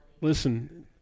Listen